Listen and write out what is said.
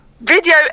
video